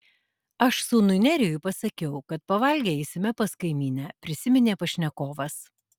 aš sūnui nerijui pasakiau kad pavalgę eisime pas kaimynę prisiminė pašnekovas